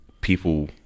people